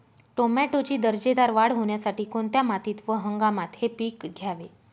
टोमॅटोची दर्जेदार वाढ होण्यासाठी कोणत्या मातीत व हंगामात हे पीक घ्यावे?